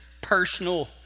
personal